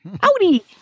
Howdy